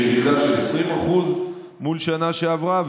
יש ירידה של 20% מול שנה שעברה,